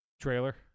Trailer